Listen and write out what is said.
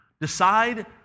Decide